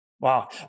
Wow